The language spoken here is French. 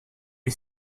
est